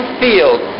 field